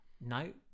No